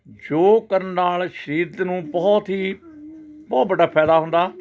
ਯੋਗ ਕਰਨ ਨਾਲ ਸਰੀਰ ਨੂੰ ਬਹੁਤ ਹੀ ਬਹੁਤ ਵੱਡਾ ਫ਼ਾਇਦਾ ਹੁੰਦਾ